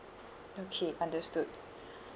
okay understood